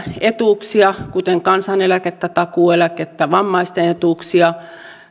etuuksia kuten kansaneläkettä takuueläkettä vammaisten etuuksia